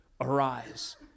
arise